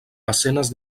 escenes